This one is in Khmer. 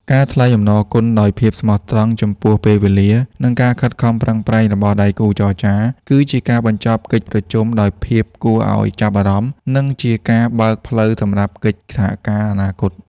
ការថ្លែងអំណរគុណដោយភាពស្មោះត្រង់ចំពោះពេលវេលា និងការខិតខំប្រឹងប្រែងរបស់ដៃគូចរចា គឺជាការបញ្ចប់កិច្ចប្រជុំដោយភាពគួរឱ្យចាប់អារម្មណ៍ និងជាការបើកផ្លូវសម្រាប់កិច្ចសហការអនាគត។